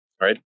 Right